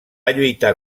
lluitar